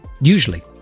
Usually